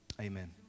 Amen